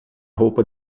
roupa